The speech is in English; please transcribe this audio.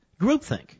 Groupthink